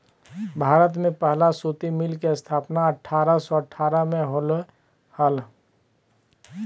भारत में पहला सूती मिल के स्थापना अठारह सौ अठारह में होले हल